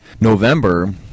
November